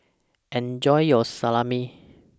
Enjoy your Salami